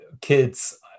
kids